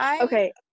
Okay